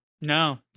No